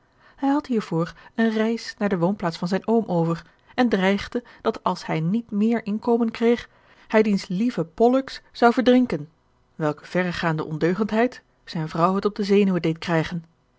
hij had hiervoor eene reis naar de woonplaats van zijn oom over en dreigde dat als hij niet meer inkomen kreeg hij diens lieven pollux zou verdrinken welke verregaande ondeugendheid zijne vrouw het op de zenuwen deed krijgen